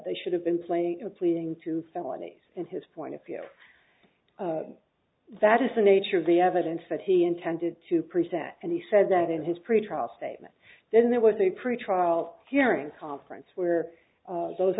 they should have been playing a pleading to felonies and his point of view that is the nature of the evidence that he intended to present and he said that in his pretrial statement then there was a pretrial hearing conference where those